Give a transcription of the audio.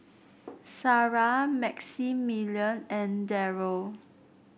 Sarrah Maximilian and Darryl